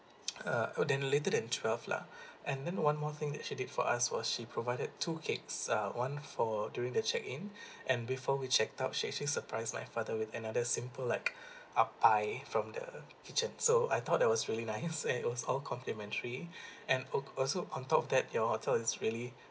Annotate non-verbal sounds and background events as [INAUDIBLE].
uh oh than later than twelve lah and then one more thing that she did for us was she provided two cakes uh one for during the check in and before we checked out she actually surprise my father with another simple like a pie from the kitchen so I thought that was really nice [LAUGHS] and it was all complimentary and al~ also on top of that your hotel is really